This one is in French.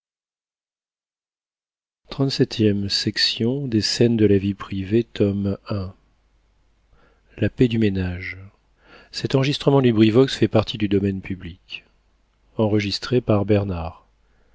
livre scènes de la vie privée la maison du